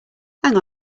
hang